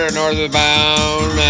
northbound